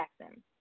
Jackson